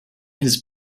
his